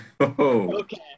Okay